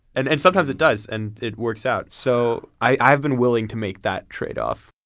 and and sometimes it does and it works out. so, i've been willing to make that tradeoff.